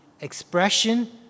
expression